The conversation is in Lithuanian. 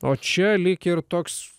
o čia lyg ir toks